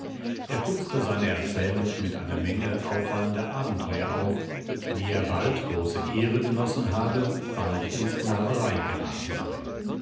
er putzte seine erzählung mit einer menge auffallender abenteuer auf wie er bald große ehre genossen habe bald in sklaverei geraten sei